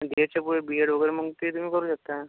मग ह्याच्यापुढे B Ed वगैरे मग ते तुम्ही करू शकता